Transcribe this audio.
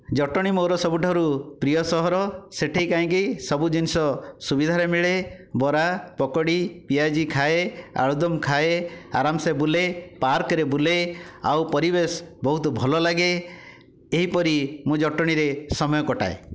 ଜଟଣୀ ମୋ'ର ସବୁଠାରୁ ପ୍ରିୟ ସହର ସେ'ଠି କାହିଁକି ସବୁ ଜିନିଷ ସୁବିଧାରେ ମିଳେ ବରା ପକୋଡ଼ି ପିଆଜି ଖାଏ ଆଳୁଦମ ଖାଏ ଆରମସେ ବୁଲେ ପାର୍କରେ ବୁଲେ ଆଉ ପରିବେଶ ବହୁତ ଭଲ ଲାଗେ ଏହିପରି ମୁଁ ଜଟଣୀରେ ସମୟ କଟାଏ